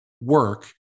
work